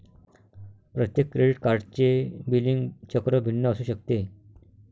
प्रत्येक क्रेडिट कार्डचे बिलिंग चक्र भिन्न असू शकते